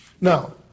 Now